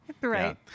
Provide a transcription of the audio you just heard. Right